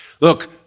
Look